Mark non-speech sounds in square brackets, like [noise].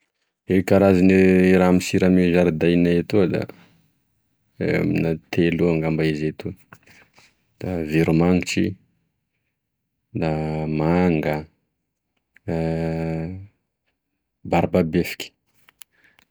E karazagne raha misiry ame zaridaina etoa da eo amina telo eo ngamba izy etoa da veromanitry, da manga, [hesitation] barbabefiky.